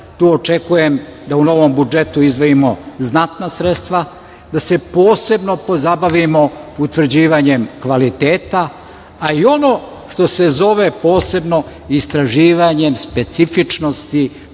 tu očekujem da u novom budžetu izdvojimo znatna sredstva, da se posebno pozabavimo utvrđivanjem kvaliteta, a i ono što se zove posebno istraživanje specifičnosti